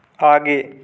आगे